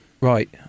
Right